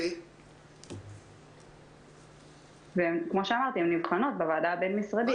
כפי שאמרתי, הן נבחנות בוועדה הבין-משרדית.